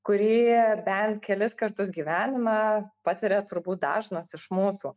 kurį bent kelis kartus gyvenime patiria turbūt dažnas iš mūsų